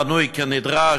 בנוי כנדרש,